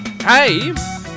Hey